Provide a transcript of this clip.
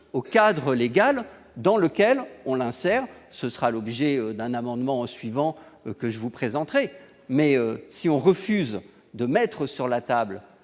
au cadre légal dans lequel on insère ce sera l'objet d'un amendement suivant que je vous présenterai mais si on refuse de mettre sur la table